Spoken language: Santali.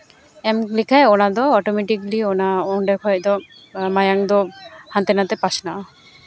ᱮᱢ ᱞᱮᱠᱷᱟᱡ ᱚᱱᱟ ᱫᱚ ᱚᱴᱳᱢᱮᱴᱤᱠᱞᱤ ᱚᱸᱰᱮ ᱠᱷᱚᱡ ᱫᱚ ᱢᱟᱭᱟᱝ ᱫᱚ ᱦᱟᱱᱛᱮ ᱱᱟᱛᱮ ᱯᱟᱥᱱᱟᱜᱼᱟ